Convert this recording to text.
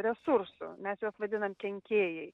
resursų mes juos vadinam kenkėjai